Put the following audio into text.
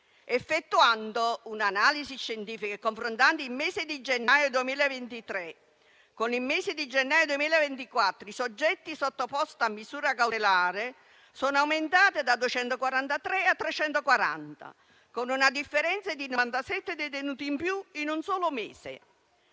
Effettuando un'analisi scientifica e confrontando i dati del mese di gennaio 2023 con quelli dello stesso periodo del 2024, i soggetti sottoposti a misura cautelare sono aumentati da 243 a 340, con una differenza di 97 detenuti in più in un solo mese.